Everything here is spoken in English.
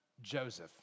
Joseph